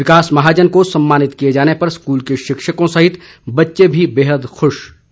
विकास महाजन को सम्मानित किए जाने पर स्कूल के शिक्षकों सहित बच्चे भी बेहद खुश हैं